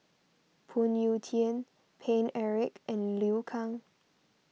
Phoon Yew Tien Paine Eric and Liu Kang